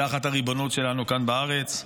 תחת הריבונות שלנו כאן בארץ.